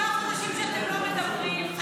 אחרי ארבעה חודשים שאתם לא מדברים,